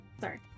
Sorry